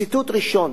ציטוט ראשון